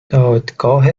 دادگاه